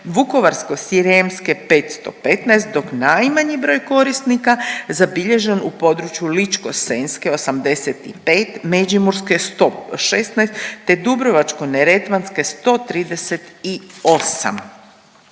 Vukovarsko-srijemske 515 dok najmanji broj korisnika zabilježen u području Ličko-senjske 85, Međimurske 116 te Dubrovačko-neretvanske 138.